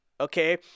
okay